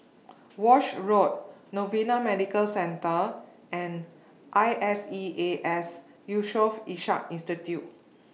Walshe Road Novena Medical Centre and I S E A S Yusof Ishak Institute